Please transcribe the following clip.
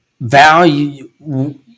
value